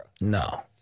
No